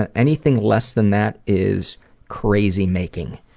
and anything less than that is crazy-making,